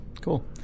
cool